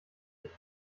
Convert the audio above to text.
ich